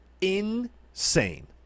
insane